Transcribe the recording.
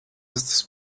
estas